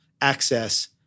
access